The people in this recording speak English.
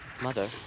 Mother